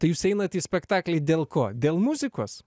tai jūs einat į spektaklį dėl ko dėl muzikos